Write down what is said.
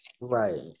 Right